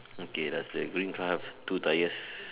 okay does the green car have two tyres